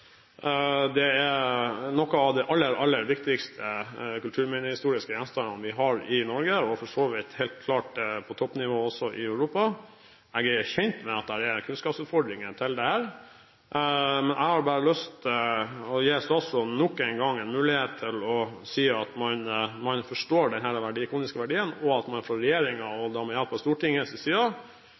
er noen av de aller viktigste kulturminner og historiske gjenstander vi har i Norge – og for så vidt helt klart på toppnivå også i Europa. Jeg er kjent med at det er kunnskapsutfordringer. Jeg har bare lyst til nok en gang å gi statsråden en mulighet til å si at man forstår denne ikoniske verdien, og at man fra regjeringens – og